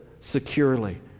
securely